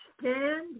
stand